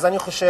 אז אני חושב